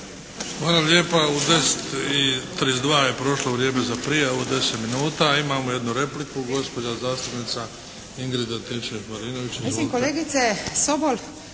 Luka (HDZ)** U 10 i 32 je prošlo vrijeme za prijavu od deset minuta. Imamo jednu repliku gospođa zastupnica Ingrid Antičević Marinović.